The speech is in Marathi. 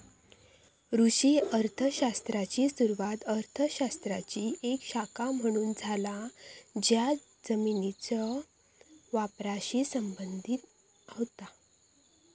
कृषी अर्थ शास्त्राची सुरुवात अर्थ शास्त्राची एक शाखा म्हणून झाला ज्या जमिनीच्यो वापराशी संबंधित होता